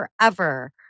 forever